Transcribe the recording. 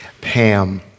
Pam